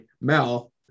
Mel